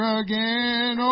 again